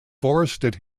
forested